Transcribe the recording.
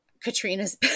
Katrina's